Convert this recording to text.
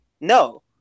no